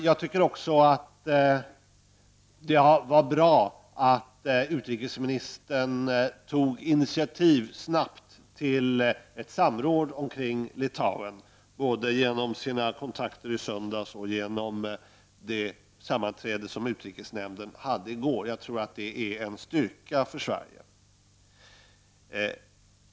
Jag tycker också att det var bra att utrikesministern tog initiativ snabbt till ett samråd omkring Litauen, både genom sina kontakter i söndags och genom det sammanträde som utrikesnämnden hade i går. Jag tror att det är en styrka för Sverige.